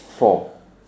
four